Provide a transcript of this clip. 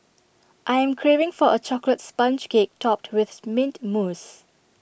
I am craving for A Chocolate Sponge Cake Topped with Mint Mousse